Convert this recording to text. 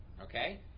okay